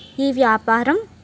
ఈ వ్యాపారం